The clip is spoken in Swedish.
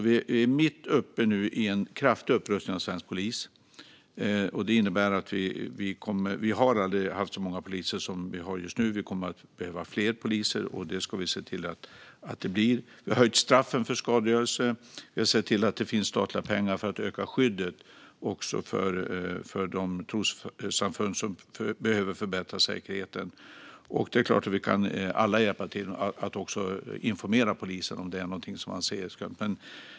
Vi är mitt uppe i en kraftig upprustning av svensk polis, och det innebär att det aldrig har funnits så många poliser som nu. Vi kommer att behöva fler poliser, och det ska vi se till att det blir. Vi har höjt straffen för skadegörelse, och vi har sett till att det finns statliga pengar för att öka skyddet för de trossamfund som behöver förbättra säkerheten. Det är klart att vi alla kan hjälpa till att också informera polisen.